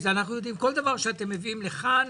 כל דבר שאתם מביאים לכאן,